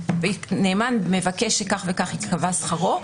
נאמן מבקש שכך וכך ייקבע שכרו,